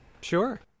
Sure